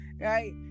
Right